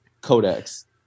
Codex